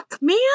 man